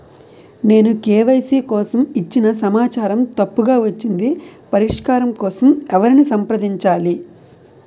నేను కే.వై.సీ కోసం ఇచ్చిన సమాచారం తప్పుగా వచ్చింది పరిష్కారం కోసం ఎవరిని సంప్రదించాలి?